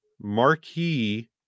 marquee